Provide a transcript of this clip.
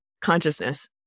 consciousness